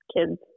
kids